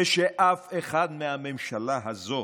ושאף אחד מהממשלה הזאת